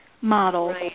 model